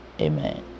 amen